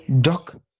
doc